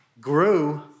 grew